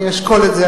אני אשקול את זה.